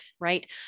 right